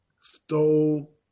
stole